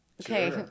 Okay